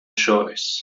choice